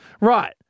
Right